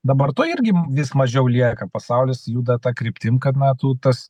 dabar to irgi vis mažiau lieka pasaulis juda ta kryptim kad na tu tas